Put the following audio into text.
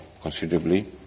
considerably